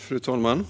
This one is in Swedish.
Fru talman!